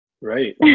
Right